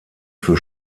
für